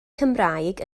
cymraeg